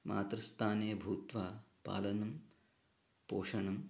मातृस्थाने भूत्वा पालनं पोषणम्